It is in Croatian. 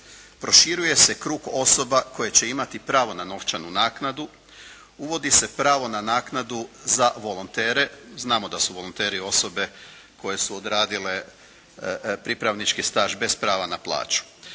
Proširuje se krug osoba koje će imati pravo na novčanu naknadu. Uvodi se pravo na naknadu za volontere. Znamo da su volonteri osobe koje su odradile pripravnički staž bez prava na plaću.